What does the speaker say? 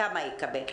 כמה הוא יקבל?